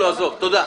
עזוב, תודה.